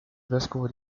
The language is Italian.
vescovo